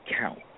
count